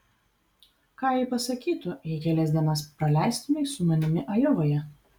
ką ji pasakytų jei kelias dienas praleistumei su manimi ajovoje